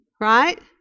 right